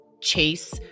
chase